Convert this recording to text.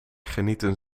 genieten